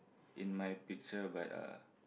in my picture but uh